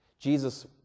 Jesus